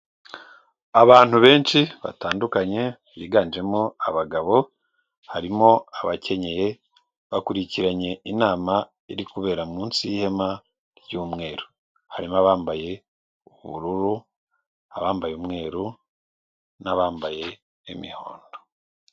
Abantu benshi batandukanye biganjemo abagabo, harimo abakenyeye bakurikiranye inama iri kubera munsi y'ihema ry'umweru, harimo abambaye ubururu, abambaye umweru n'abambaye imihondo.